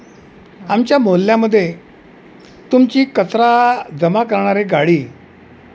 आमच्या मोहल्ल्यामध्ये तुमची कचरा जमा करणारी गाडी